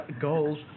goals